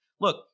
Look